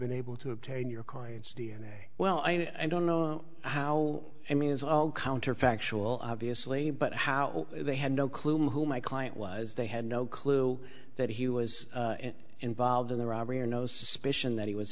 been able to obtain your client's d n a well i don't know how i mean it's all counterfactual obviously but how they had no clue who my client was they had no clue that he was involved in the robbery or no suspicion that he was